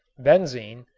benzene,